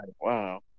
wow